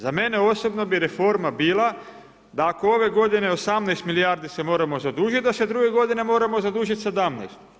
Za mene osobno bi reforma bila, da ako ove g. 18 milijardi se moramo zadužiti, da se druge g. moramo zadužiti 17.